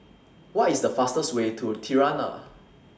What IS The fastest Way to Tirana